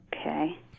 Okay